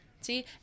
See